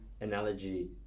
analogy